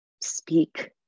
speak